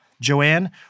Joanne